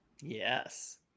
Yes